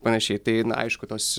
panašiai tai na aišku tos